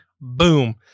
Boom